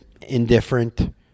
indifferent